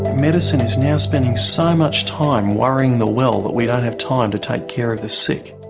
medicine is now spending so much time worrying the well that we don't have time to take care of the sick.